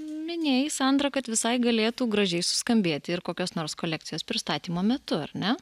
minėjai sandra kad visai galėtų gražiai suskambėti ir kokios nors kolekcijos pristatymo metu ar ne